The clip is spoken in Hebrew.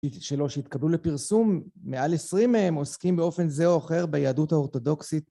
שלו שהתקבלו לפרסום, מעל עשרים מהם עוסקים באופן זה או אחר ביהדות האורתודוקסית.